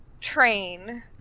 train